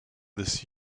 this